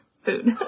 food